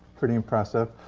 pretty impressive.